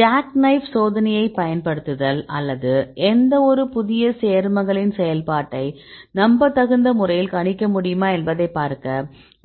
jackknife சோதனையைப் பயன்படுத்துதல் அல்லது எந்தவொரு புதிய சேர்மங்களின் செயல்பாட்டை நம்பத்தகுந்த முறையில் கணிக்க முடியுமா என்பதைப் பார்க்க